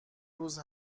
روز